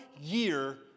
year